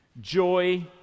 joy